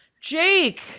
Jake